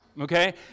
okay